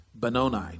Benoni